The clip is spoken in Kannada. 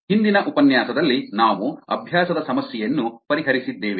ಹಿಂದಿನ ಉಪನ್ಯಾಸದಲ್ಲಿ ನಾವು ಅಭ್ಯಾಸದ ಸಮಸ್ಯೆಯನ್ನು ಪರಿಹರಿಸಿದ್ದೇವೆ